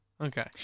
Okay